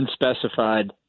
unspecified